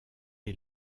est